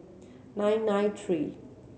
nine nine three